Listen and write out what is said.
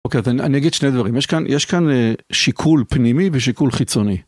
אוקיי אני אגיד שני דברים יש כאן יש כאן שיקול פנימי ושיקול חיצוני.